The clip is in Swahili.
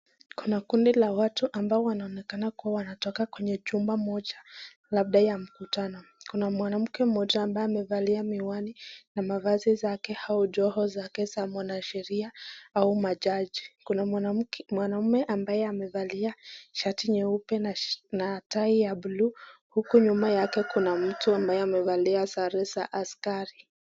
Kuna kundi la watu ambao wanaonekana kwamba wametoka kwenye chumba labda ya mkutanao, kuna mwanamke mmoja ambaye amevalia miwani, na mavazi zake ama joho zake za kiwanasheria ,kuna mwanaume ambaye amevalia shati nyeupe, na tai ya buluu, huku nyuma yake kuna mtu ambaye amevalia sare za askari.